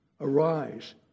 arise